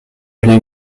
bien